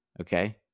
Okay